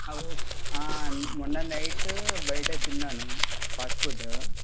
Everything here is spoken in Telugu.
ఓ మొన్న నైట్ బయట తిన్నాను ఫాస్ట్ ఫుడ్